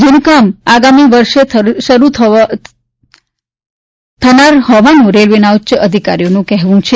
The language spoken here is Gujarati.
જેનું કામ આગામી વર્ષે શરૂ થનાર હોવાનું રેલવેના ઉચ્ચ અધિકારીઓનું કહેવું છે